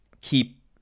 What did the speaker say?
keep